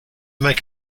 make